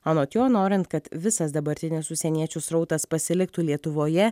anot jo norint kad visas dabartinis užsieniečių srautas pasiliktų lietuvoje